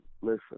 listen